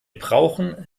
brauchen